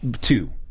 two